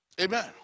Amen